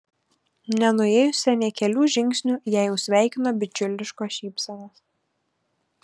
nenuėjusią nė kelių žingsnių ją jau sveikino bičiuliškos šypsenos